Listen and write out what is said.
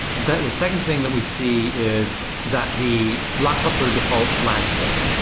the the second thing that we see is that the laptops are default landscape.